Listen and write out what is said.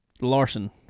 larson